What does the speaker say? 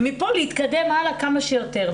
ומפה להתקדם הלאה כמה שיותר.